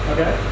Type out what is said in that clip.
Okay